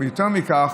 יותר מזה,